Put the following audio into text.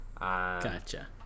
Gotcha